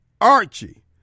Archie